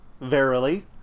Verily